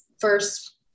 first